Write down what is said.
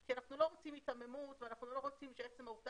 כי אנחנו לא רוצים היתממות ואנחנו לא רוצים שעצם העבודה